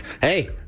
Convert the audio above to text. Hey